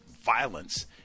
violence